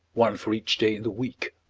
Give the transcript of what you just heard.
one for each day in the week.